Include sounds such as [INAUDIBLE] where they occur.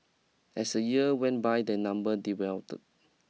as the year went by their number [UNINTELLIGIBLE]